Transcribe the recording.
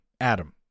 Adam